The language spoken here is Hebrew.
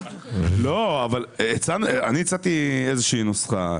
הצעתי גם להם איזו נוסחה,